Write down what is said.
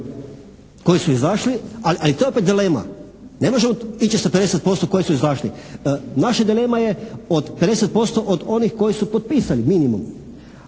koji su izašli, ali to je opet dilema. Ne možemo ići sa 50% koji su izašli. Naša dilema je od 50% od onih koji su potpisali minimum.